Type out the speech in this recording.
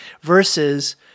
Versus